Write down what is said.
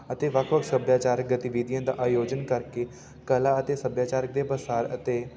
ਅਤੇ ਵੱਖ ਵੱਖ ਸੱਭਿਆਚਾਰਕ ਗਤੀਵਿਧੀਆਂ ਦਾ ਆਯੋਜਨ ਕਰਕੇ ਕਲਾ ਅਤੇ ਸੱਭਿਆਚਾਰਕ ਦੇ ਪ੍ਰਸਾਰ ਅਤੇ